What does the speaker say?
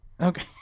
Okay